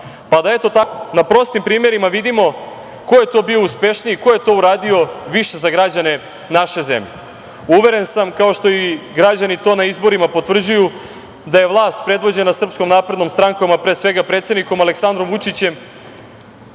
pa da eto tako na prostim primerima vidimo ko je to bio uspešniji, ko je to uradio više za građane naše zemlje. Uveren sam, kao što i građani to na izborima potvrđuju, da je vlast predvođena Srpskom naprednom strankom, a pre svega predsednikom Aleksandrom Vučićem